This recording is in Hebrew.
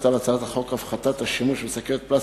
רציפות על הצעת חוק הפחתת השימוש בשקיות פלסטיק,